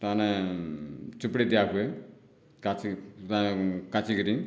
ତାମାନେ ଚିପୁଡ଼ି ଦିଆ ହୁଏ କାଚି କାଚିକରି